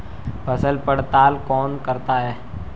फसल पड़ताल कौन करता है?